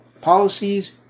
policies